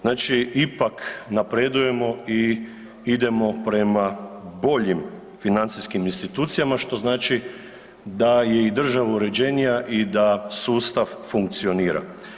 Znači ipak napredujemo i idemo prema boljim financijskim institucijama, što znači da je i država uređenija i da sustav funkcionira.